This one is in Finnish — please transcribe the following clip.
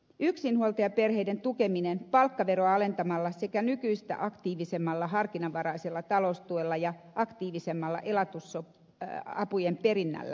yksinhuoltajaperheiden tukeminen palkkaveroa alentamalla sekä nykyistä aktiivisemmalla harkinnanvaraisella taloustuella ja aktiivisemmalla elatusapujen perinnällä on toteutettava